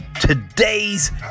today's